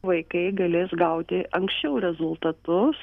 vaikai galės gauti anksčiau rezultatus